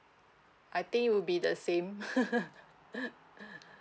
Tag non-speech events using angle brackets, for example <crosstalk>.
I think it will be the same <laughs> yeah